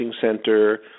center